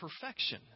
perfection